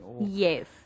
Yes